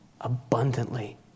abundantly